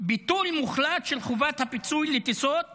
ביטול מוחלט של חובת הפיצוי לטיסות